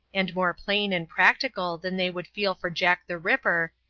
and more plain and practical than they would feel for jack the ripper,